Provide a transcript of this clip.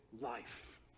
life